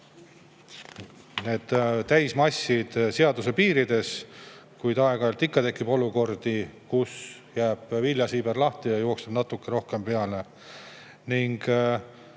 oleksid täismassid seaduse piirides, kuid aeg-ajalt ikka tekib olukordi, kus jääb viljasiiber lahti ja [vilja] jookseb natukene rohkem peale.